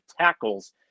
tackles